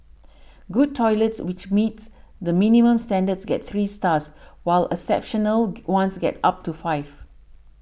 good toilets which meets the minimum standards get three stars while exceptional ones get up to five